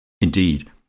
Indeed